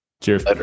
Cheers